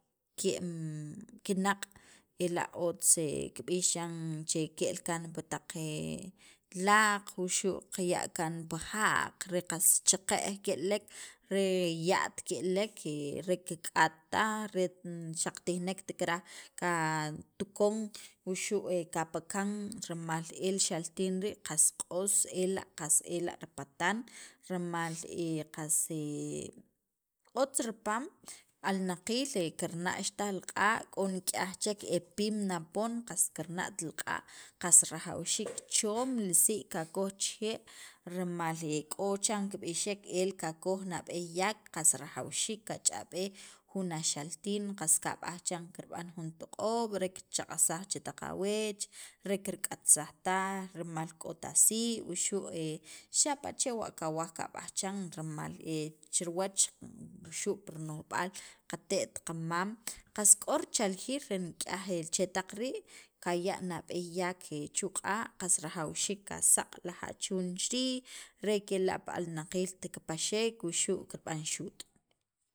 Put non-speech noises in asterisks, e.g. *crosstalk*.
ke'm kinaq' ela' otz kib'ix chiran ke'el kaan pi taq laq wuxu' qaya' kaan pi ja'q re qas cheqe'j ke'lek re ya't ke'lek ke re kik'at taj ret xaq kitijnekt karaj qatukon wuxu' qapakan, rimal el xaltin rii' qas q'os qas ela' ripatan rimal qas *hesitation* otz ripaam alnaqiil kirna'xtaj li q'a' k'o nik'yaj chek e piim na poon qast kirna' li q'a' qas rajawxiik choom li sii' qakoj chixe' rimal k'o chan kib'ixek el kakoj nab'eey yak qas rajawxiik qach'ab'ej jun axaltin qas kab'aj chiran re kirb'an jun toq'oob' re kirchaq'ajsaj chetaq aweech re kirk'atsaj taj, rimal k'ot asii' xapa' wuxu' *hesitation* xapa' chewa' kab'aj chan rimal *hesitation* chi riwach wuxu' pir no'jb'aal qate't qamam qas k'o richaljiil nik'yaj chetaq rii' kaya' nab'eey yak chu' q'a' qas rajawxiik qasaq' la achuun chi riij re kela' pi alnaqiilt kipaxek wuxu' kirb'an xuut'.